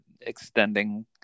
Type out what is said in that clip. extending